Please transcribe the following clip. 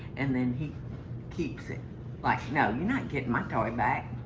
and then he keeps it like, no, you're not getting my toy back.